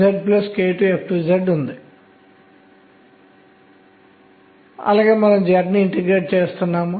మరి మన విచారణ సాధనాలు ఏమిటో చూద్దాం